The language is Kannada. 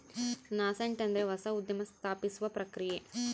ನಾಸೆಂಟ್ ಅಂದ್ರೆ ಹೊಸ ಉದ್ಯಮ ಸ್ಥಾಪಿಸುವ ಪ್ರಕ್ರಿಯೆ